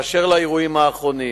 באשר לאירועים האחרונים,